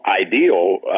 ideal